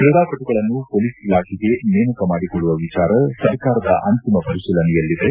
ಕ್ರೀಡಾಪಟುಗಳನ್ನು ಪೊಲೀಸ್ ಇಲಾಖೆಗೆ ನೇಮಕ ಮಾಡಿಕೊಳ್ಳುವ ವಿಚಾರ ಸರ್ಕಾರದ ಅಂತಿಮ ಪರಿಶೀಲನೆಯಲ್ಲಿದೆ